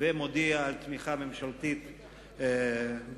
ומודיע על תמיכה ממשלתית בחוק,